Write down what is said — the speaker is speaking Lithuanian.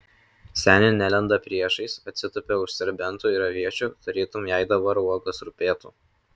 senė nelenda priešais atsitupia už serbentų ir aviečių tarytum jai dabar uogos rūpėtų